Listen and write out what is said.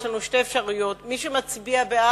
יש לנו שתי אפשרויות: מי שמצביע בעד,